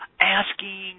asking